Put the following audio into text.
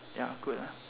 ya good lah